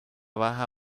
baja